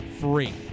free